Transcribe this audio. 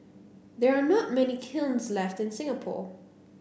there are not many kilns left in Singapore